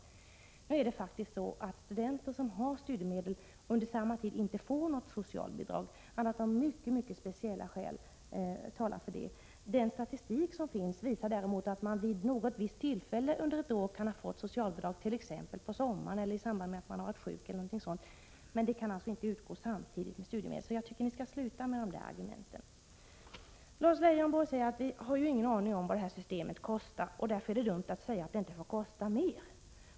Det är faktiskt så att studenter som har studiemedel inte får något socialbidrag under samma tid annat än om mycket speciella skäl talar för det. Den statistik som finns visar däremot att man vid något visst tillfälle under ett år kan ha fått socialbidrag, t.ex. på sommaren eller i samband med att man har varit sjuk. Men socialbidrag kan alltså inte utgå samtidigt med studiemedel. Jag tycker att ni skall sluta med de argumenten. Lars Leijonborg säger att vi inte har någon aning om vad detta system kostar och att det därför är dumt att säga att det inte får kosta mer.